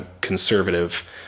conservative